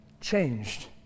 changed